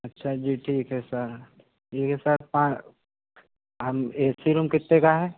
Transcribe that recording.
अच्छा जी ठीक है सर ठीक है सर पान हम ए सी रूम कितने का है